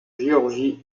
géorgie